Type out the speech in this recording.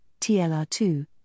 TLR2